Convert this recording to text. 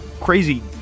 crazy